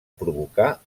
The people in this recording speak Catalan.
provocar